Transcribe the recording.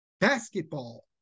basketball